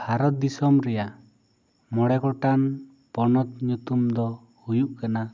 ᱵᱷᱟᱨᱚᱛ ᱫᱤᱥᱚᱢ ᱨᱮᱭᱟᱜ ᱢᱚᱬᱮ ᱜᱚᱴᱟᱝ ᱯᱚᱱᱚᱛ ᱧᱩᱛᱩᱢ ᱫᱚ ᱦᱩᱭᱩᱜ ᱠᱟᱱᱟ